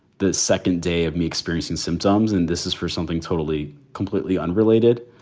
the second day of me experiencing symptoms. and this is for something totally, completely unrelated.